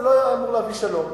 זה לא היה אמור להביא שלום,